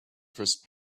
first